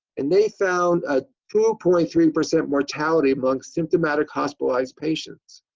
and they found a two ah point three percent mortality among symptomatic hospitalized patients.